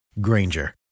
Granger